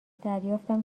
دریافتم